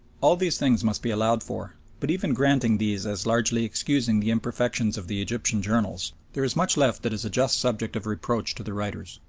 all these things must be allowed for but even granting these as largely excusing the imperfections of the egyptian journals, there is much left that is a just subject of reproach to the writers.